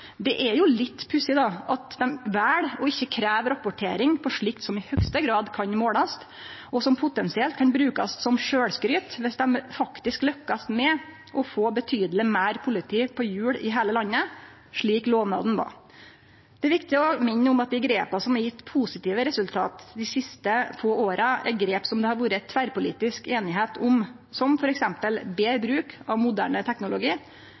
Det er jo litt pussig at dei vel ikkje å krevje rapportering på slikt som i høgste grad kan målast, og som potensielt kan brukast som sjølvskryt viss dei faktisk lukkast med å få betydeleg meir politi på hjul i heile landet, slik lovnaden var. Det er viktig å minne om at dei grepa som har gjeve positive resultat dei siste få åra, er grep som det har vore tverrpolitisk einigheit om, som f.eks. betre bruk av moderne teknologi,